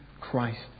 Christ